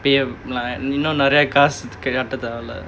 நீ இன்னும் நிறைய காசு கட்ட தேவ இல்ல:nee innum niraya kaasu katta theva illa